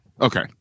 okay